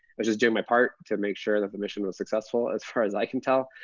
was just doing my part to make sure that the mission was successful, as far as i can tell.